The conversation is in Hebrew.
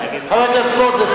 חבר הכנסת מוזס,